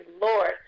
lord